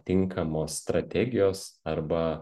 tinkamos strategijos arba